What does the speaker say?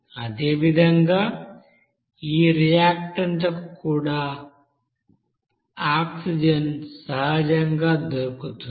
అదేవిధంగా ఈ రియాక్టన్స్ లకు కూడా ఆక్సిజన్ సహజంగా దొరుకుతుంది